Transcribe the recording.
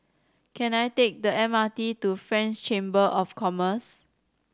can I take the M R T to French Chamber of Commerce